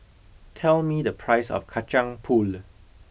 tell me the price of kacang pool